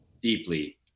deeply